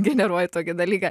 generuoja tokį dalyką